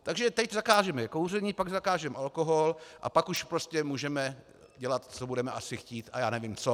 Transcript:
Takže teď zakážeme kouření, pak zakážeme alkohol a pak už můžeme dělat, co budeme asi chtít, a já nevím co.